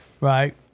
Right